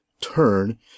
turn